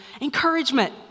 encouragement